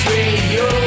Radio